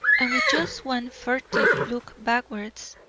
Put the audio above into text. and with just one furtive look backwards,